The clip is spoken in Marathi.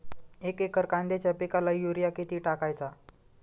एक एकर कांद्याच्या पिकाला युरिया किती टाकायचा?